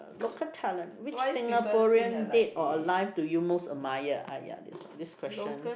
local talent which Singaporean dead or alive do you most admire !aiya! this this question